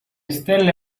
stelle